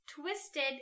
twisted